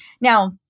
Now